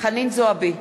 חנין זועבי,